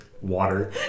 water